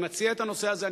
אני מציע את הנושא הזה,